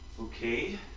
Okay